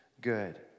good